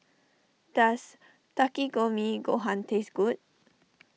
does Takikomi Gohan taste good